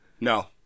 No